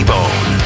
Bone